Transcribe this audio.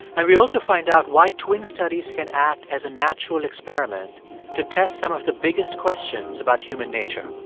and we'll also find out why twin studies can act as a natural experiment to test some of the biggest questions about human nature.